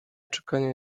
czekanie